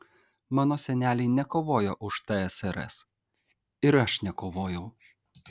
mano seneliai nekovojo už tsrs ir aš nekovojau